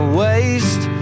waste